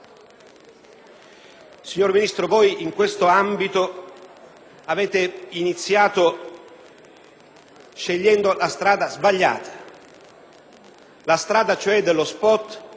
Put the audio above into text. Signor Ministro, voi in questo ambito avete iniziato scegliendo la strada sbagliata, la strada dello *spot*,